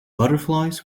butterflies